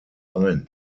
ein